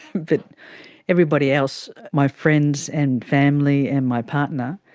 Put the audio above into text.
but everybody else, my friends and family and my partner,